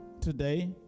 today